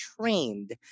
trained